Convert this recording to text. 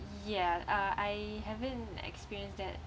ya uh I haven't experience that